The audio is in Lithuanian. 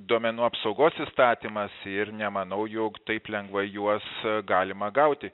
duomenų apsaugos įstatymas ir nemanau jog taip lengvai juos galima gauti